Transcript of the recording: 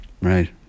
Right